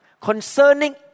concerning